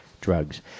drugs